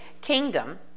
kingdom